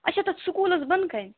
اَچھا تَتھ سکوٗلس بۅنہٕ کَنہِ